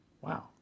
wow